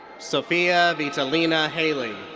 sofia vitalina hailey.